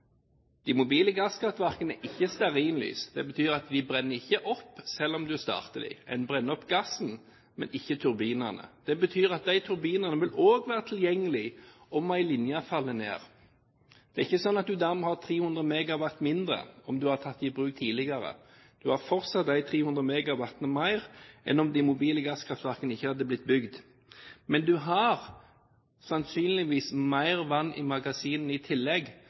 De mobile gasskraftverkene er ikke stearinlys. Det betyr at de brenner ikke opp, selv om du starter dem. En brenner opp gassen, men ikke turbinene. Det betyr at disse turbinene vil også være tilgjengelige om en linje faller ned. Det er ikke sånn at du dermed har 300 MW mindre om du har tatt dem i bruk tidligere. Du har fortsatt de 300 MW mer enn om de mobile gasskraftverkene ikke hadde blitt bygd. Men du har sannsynligvis mer vann i magasinene i tillegg,